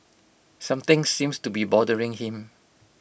something seems to be bothering him